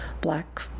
black